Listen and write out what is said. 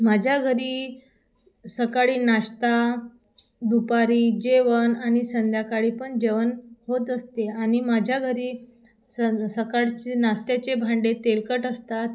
माझ्या घरी सकाळी नाश्ता दुपारी जेवण आणि संध्याकाळी पण जेवण होत असते आणि माझ्या घरी सं सकाळचे नाश्त्याचे भांडे तेलकट असतात